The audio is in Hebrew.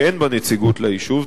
שאין בה נציגות ליישוב,